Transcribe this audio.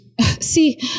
See